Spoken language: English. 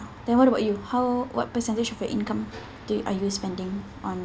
then what about you how what percentage of your income do you are you spending on